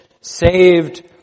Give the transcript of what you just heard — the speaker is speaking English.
saved